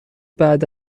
بعد